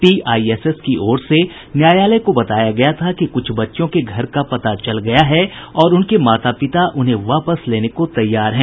TISS की ओर से न्यायालय को बताया गया था कि कुछ बच्चियों के घर का पता चल गया है और उनके माता पिता उन्हें वापस लेने को तैयार हैं